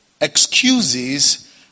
excuses